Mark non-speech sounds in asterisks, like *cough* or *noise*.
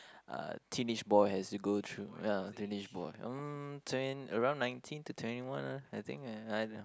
uh teenage boy has to go through ya teenage boy mm twen~ around nineteen to twenty one I think *noise*